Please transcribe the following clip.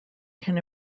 can